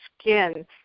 skin